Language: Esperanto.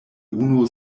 unu